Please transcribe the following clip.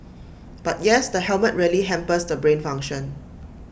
but yes the helmet really hampers the brain function